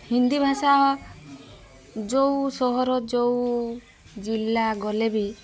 ହିନ୍ଦୀ ଭାଷା ଯେଉଁ ସହର ଯେଉଁ ଜିଲ୍ଲା ଗଲେ ବି